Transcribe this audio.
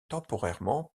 temporairement